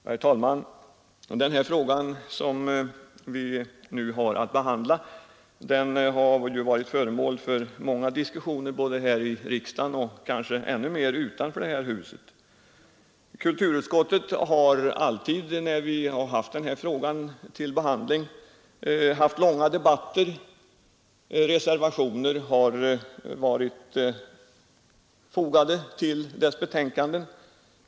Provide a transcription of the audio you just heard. Herr talman! Den fråga som vi nu har att behandla har varit föremål för många diskussioner både här i riksdagen och kanske ännu mer utanför det här huset. Kulturutskottet har alltid när vi haft den här frågan till behandling haft långa debatter, reservationer har varit fogade till dess betänkanden.